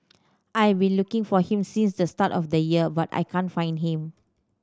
I have been looking for him since the start of the year but I can't find him